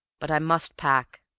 but i must pack.